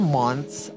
months